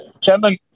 Chairman